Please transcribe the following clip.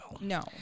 No